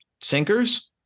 sinkers